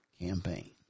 campaign